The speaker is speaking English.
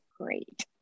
great